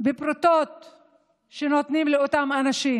בפרוטות שנותנים לאותם אנשים.